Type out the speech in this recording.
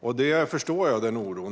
Jag förstår denna oro.